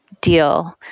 deal